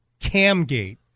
Camgate